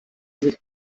sich